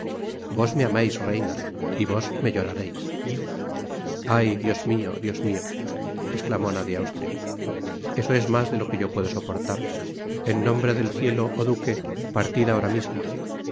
vos me amais reina y vos me llorareis ay dios mio dios mio esclamó ana de austria eso es mas de lo que yo puedo soportar en nombre del cielo oh duque partid ahora mismo